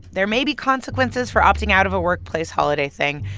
there may be consequences for opting out of a workplace holiday thing,